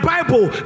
Bible